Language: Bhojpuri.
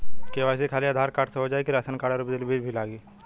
के.वाइ.सी खाली आधार कार्ड से हो जाए कि राशन कार्ड अउर बिजली बिल भी लगी?